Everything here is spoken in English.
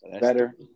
Better